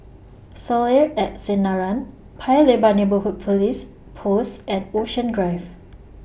Soleil At Sinaran Paya Lebar Neighbourhood Police Post and Ocean Drive